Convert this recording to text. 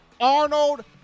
Arnold